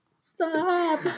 Stop